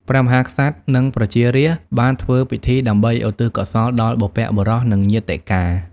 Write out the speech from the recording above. ព្រះមហាក្សត្រ និងប្រជារាស្ត្របានធ្វើពិធីដើម្បីឧទ្ទិសកុសលដល់បុព្វបុរស និងញាតិកា។